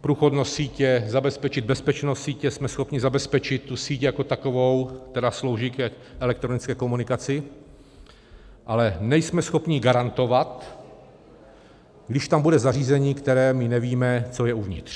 průchodnost sítě, zabezpečit bezpečnost sítě, jsme schopni zabezpečit síť jako takovou, která slouží k elektronické komunikaci, ale nejsme schopni garantovat, když tam bude zařízení, u kterého nevíme, co je uvnitř.